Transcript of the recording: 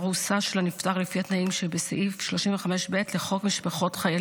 ההגדרה "בן משפחה"